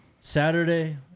Saturday